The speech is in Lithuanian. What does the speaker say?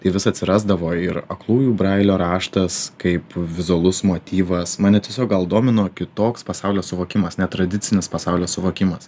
tai vis atsirasdavo ir aklųjų brailio raštas kaip vizualus motyvas mane tiesiog gal domino kitoks pasaulio suvokimas netradicinis pasaulio suvokimas